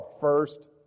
first